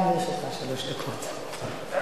גם לרשותך שלוש דקות.